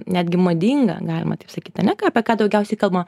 netgi madinga galima taip sakyt ane ką apie ką daugiausiai kalbama